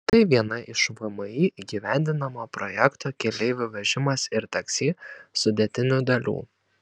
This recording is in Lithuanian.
tai viena iš vmi įgyvendinamo projekto keleivių vežimas ir taksi sudėtinių dalių